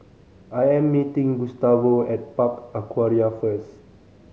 I am meeting Gustavo at Park Aquaria first